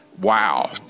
wow